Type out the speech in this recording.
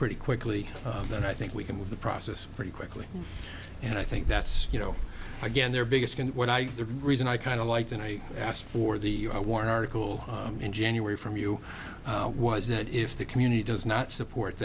pretty quickly then i think we can move the process pretty quickly and i think that's you know again their biggest what i the reason i kind of liked and i asked for the war an article in january from you was that if the community does not support